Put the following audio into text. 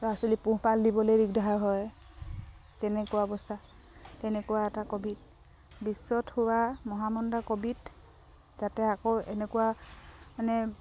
ল'ৰা ছোৱালী পোহপাল দিবলৈ দিগদাৰ হয় তেনেকুৱা অৱস্থা তেনেকুৱা এটা কোভিড বিশ্বত হোৱা মহামণ্ডা কোভিড যাতে আকৌ এনেকুৱা মানে